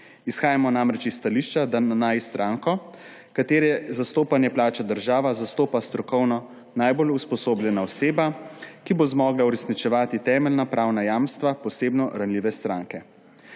Izhajamo namreč iz stališča, da naj stranko, katere zastopanje plača država, zastopa strokovno najbolj usposobljena oseba, ki bo zmogla uresničevati temeljna pravna jamstva posebno ranljive stranke.